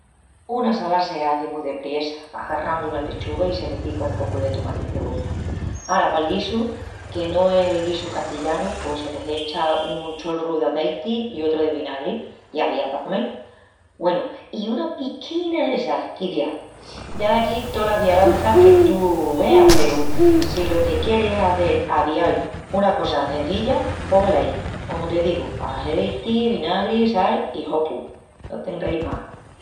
Una salá se hazi mu depriessa agarrandu una lechuga i se le pica un pocu de tomati i cebolla. Ara pal guisu, que no es el guisu castillanu, pos se l'echa un cholru d'azeiti i otru de vinagri i aviá pa comel. Güenu, i una pisquina de sal, quiciás. Ya daquí tolas varianças que tú veas peru si lo que quieris es hazel, avial, una cosa cenzilla, pos velái, comu te digu, azeiti, vinagri, sal i hopu! No t'enreis más!